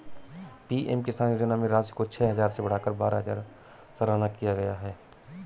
PM किसान योजना में राशि को छह हजार से बढ़ाकर बारह हजार सालाना किया गया है